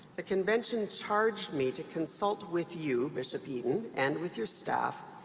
the convention charged me to consult with you, bishop eaton, and with your staff,